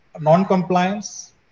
Non-compliance